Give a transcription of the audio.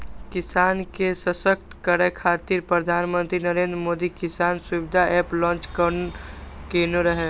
किसान के सशक्त करै खातिर प्रधानमंत्री नरेंद्र मोदी किसान सुविधा एप लॉन्च केने रहै